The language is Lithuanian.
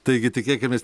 taigi tikėkimės